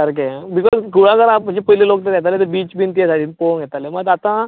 सारकें बिकोज कुळागरां म्हणचे पयलीं लोक जे येताले ते बीच बी ते सायडीन पोवूंक येताले मात आतां